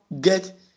get